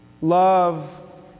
love